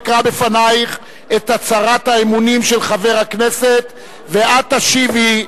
אקרא בפנייך את הצהרת האמונים של חבר הכנסת ואת תשיבי: